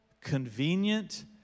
convenient